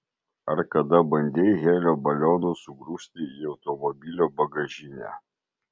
ar kada bandei helio balionus sugrūsti į automobilio bagažinę